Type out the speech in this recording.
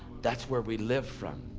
that's where we live from.